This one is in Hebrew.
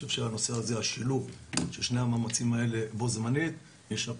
שהשילוב של שני המאמצים האלה בו זמנית ישפר